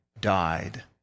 died